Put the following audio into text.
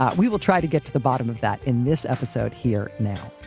um we will try to get to the bottom of that in this episode here now